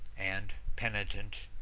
and, penitent,